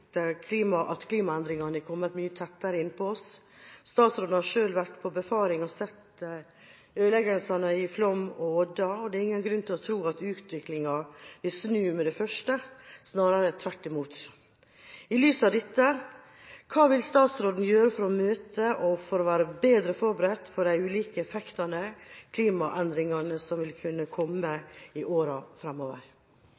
at klimaendringene har kommet mye tettere innpå oss. Statsråden har selv vært på befaring og sett ødeleggelsene i Flåm og Odda, og det er ingen grunn til å tro at utviklingen vil snu med det første, snarere tvert imot. I lys av dette: Hva vil statsråden gjøre for å møte dette og for å være bedre forberedt på de ulike effektene av klimaendringene som vil kunne komme